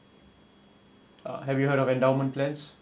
uh have you heard of endowment plans